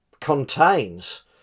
contains